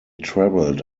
traveled